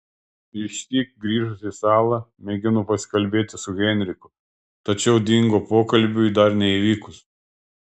išsyk grįžusi į salą mėgino pasikalbėti su henriku tačiau dingo pokalbiui dar neįvykus